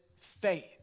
faith